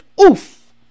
Oof